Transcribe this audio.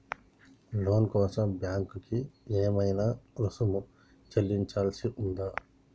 లోను కోసం బ్యాంక్ కి ఏమైనా రుసుము చెల్లించాల్సి ఉందా?